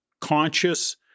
conscious